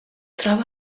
troba